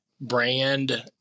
brand